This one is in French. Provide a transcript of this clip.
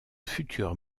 futur